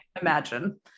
imagine